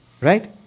Right